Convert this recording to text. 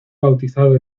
bautizado